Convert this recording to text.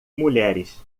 mulheres